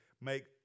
make